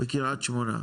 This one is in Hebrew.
בקרית שמונה,